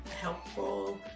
helpful